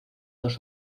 dos